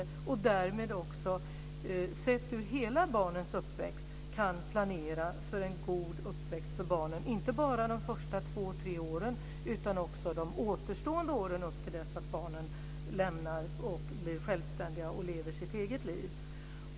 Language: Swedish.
De kan därmed också planera för en god uppväxt för barnen inte bara de första två, tre åren utan också de återstående åren upp till dess att barnen lämnar föräldrarna, blir självständiga och lever sitt eget liv.